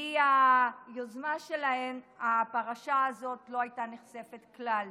בלי היוזמה שלהן, הפרשה הזו לא הייתה נחשפת כלל.